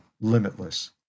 limitless